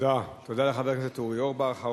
תודה לחבר הכנסת אורי אורבך.